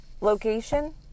location